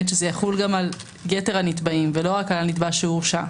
שזה יחול על יתר הנתבעים ולא רק על הנתבע שהורשע.